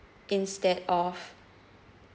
instead of